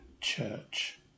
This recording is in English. church